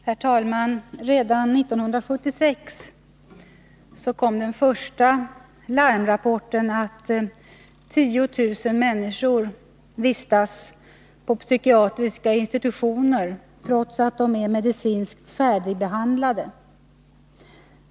Herr talman! Redan 1976 kom den första larmrapporten att 10 000 människor vistas på psykiatriska institutioner trots att de är medicinskt färdigbehandlade.